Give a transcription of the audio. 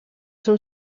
són